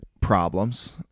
problems